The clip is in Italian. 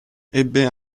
ebbe